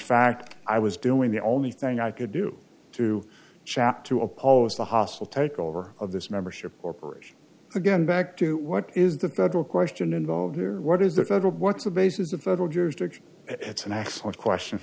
fact i was doing the only thing i could do to shap to oppose a hostile takeover of this membership or peroration again back to what is the federal question involved here what is the federal what's the bases of federal jurisdiction it's an excellent question